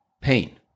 pain